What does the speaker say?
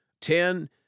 Ten